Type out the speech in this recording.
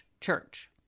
church